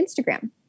Instagram